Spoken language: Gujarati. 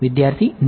વિદ્યાર્થી ના